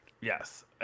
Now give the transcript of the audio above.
Yes